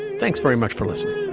thanks very much for listening